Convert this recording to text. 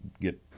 get